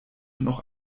noch